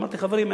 אמרתי: חברים,